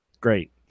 Great